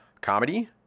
Comedy